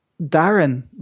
Darren